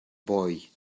boy